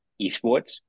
esports